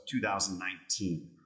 2019